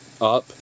up